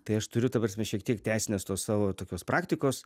tai aš turiu ta prasme šiek tiek teisinės tos savo tokios praktikos